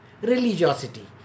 religiosity